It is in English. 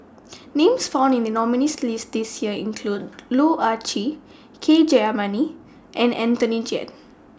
Names found in The nominees' list This Year include Loh Ah Chee K Jayamani and Anthony Chen